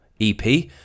EP